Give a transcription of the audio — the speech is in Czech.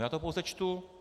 Já to pouze čtu.